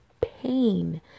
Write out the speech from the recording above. pain